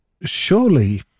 Surely